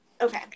Okay